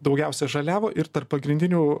daugiausia žaliavo ir tarp pagrindinių